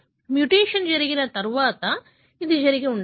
mutation జరిగిన తర్వాత ఇది జరిగి ఉండవచ్చు